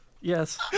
Yes